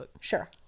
Sure